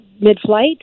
mid-flight